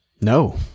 No